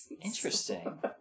Interesting